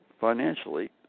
financially